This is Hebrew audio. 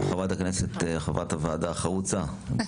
חברת הכנסת, חברת הוועדה, החרוצה, אני